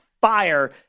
fire